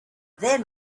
then